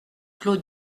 clos